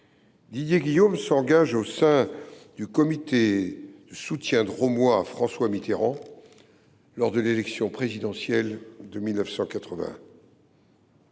Didier Guillaume s’engage au sein du comité de soutien drômois à François Mitterrand lors de l’élection présidentielle de 1981.